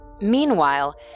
Meanwhile